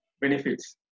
benefits